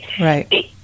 Right